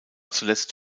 zuletzt